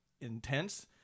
intense